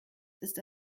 ist